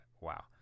Wow